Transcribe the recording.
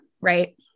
Right